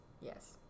Yes